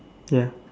ya